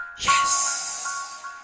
yes